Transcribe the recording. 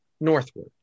northward